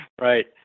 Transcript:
Right